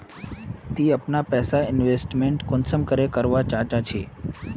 ती अपना पैसा इन्वेस्टमेंट कुंसम करे करवा चाँ चची?